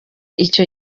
ico